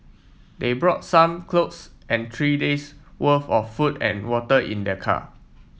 they brought some clothes and three days' worth of food and water in their car